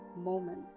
moment